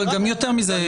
אבל גם יותר מזה,